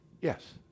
Yes